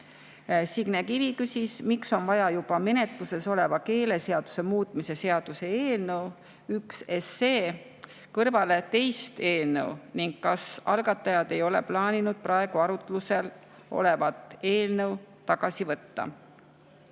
Kivi küsis, miks on vaja juba menetluses oleva keeleseaduse muutmise seaduse eelnõu (1 SE) kõrvale teist eelnõu ning kas algatajad ei ole plaaninud praegu arutlusel olevat eelnõu tagasi võtta.